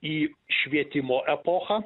į švietimo epochą